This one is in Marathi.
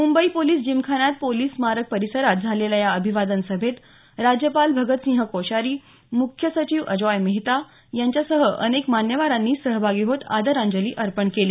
मुंबई पोलिस जिमखान्यात पोलिस स्मारक परिसरात झालेल्या या अभिवादन सभेत राज्यपाल भगतसिंह कोश्यारी मुख्य सचिव अजॉय मेहता यांच्यासह अनेक मान्यवरांनी सहभागी होत आदरांजली अर्पण केली